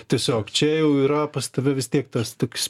tiesiog čia jau yra pas tave vis tiek tas toks